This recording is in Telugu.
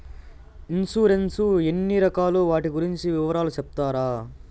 ఇన్సూరెన్సు ఎన్ని రకాలు వాటి గురించి వివరాలు సెప్తారా?